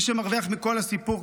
ומי שמרוויח מכל הסיפור,